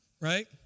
Right